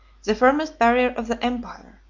the firmest barrier of the empire,